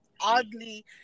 oddly